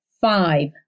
Five